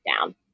down